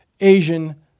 Asian